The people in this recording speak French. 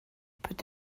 peut